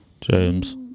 James